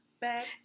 back